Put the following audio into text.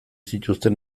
zituzten